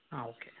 ആഹ് okay